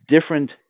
different